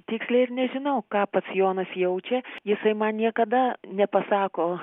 tiksliai ir nežinau ką pats jonas jaučia jisai man niekada nepasako